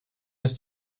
ist